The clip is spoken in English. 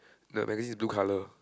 the magazine is blue colour